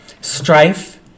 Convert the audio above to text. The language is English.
Strife